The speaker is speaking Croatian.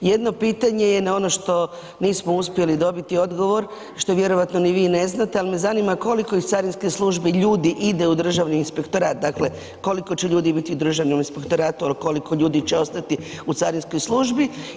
Jedno pitanje je na ono što nismo uspjeli dobiti odgovor, što vjerojatno ni vi ne znate, ali me zanima koliko iz carinske službe ljudi ide u Državni inspektorat, dakle, koliko će ljudi biti u Državnom inspektoratu, a koliko ljudi će ostati u carinskoj službi.